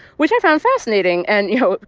which i found fascinating. and, you know,